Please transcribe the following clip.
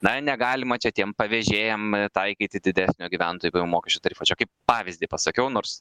na negalima čia tiem pavėžėjam taikyti didesnio gyventojų pajamų mokesčio tarifo čia kaip pavyzdį pasakiau nors